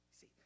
See